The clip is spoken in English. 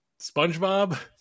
spongebob